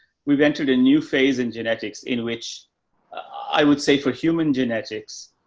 we've entered a new phase in genetics in which i would say for human genetics,